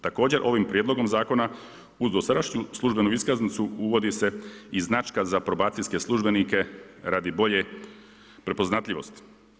Također ovim prijedlogom zakona uz dosadašnju službenu iskaznicu uvodi se i značka za probacijske službenike radi bolje prepoznatljivosti.